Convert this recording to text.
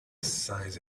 size